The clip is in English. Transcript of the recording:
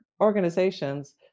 organizations